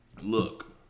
Look